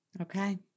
Okay